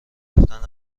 گفتن